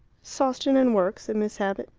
sawston and work, said miss abbott.